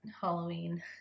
Halloween